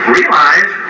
realize